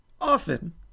often